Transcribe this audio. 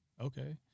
Okay